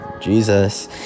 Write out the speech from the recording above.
Jesus